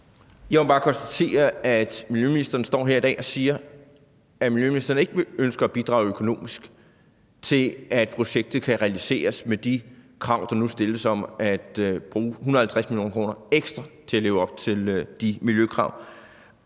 Jeg må bare konstatere, at miljøministeren står her i dag og siger, at miljøministeren ikke ønsker at bidrage økonomisk til, at projektet kan realiseres med de krav, der nu stilles om at bruge 150 mio. kr. ekstra for at leve op til de miljøkrav.